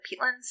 peatlands